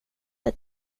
ett